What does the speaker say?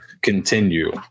continue